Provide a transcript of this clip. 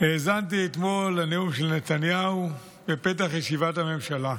האזנתי אתמול לנאום של נתניהו בפתח ישיבת הממשלה,